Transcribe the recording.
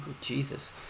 Jesus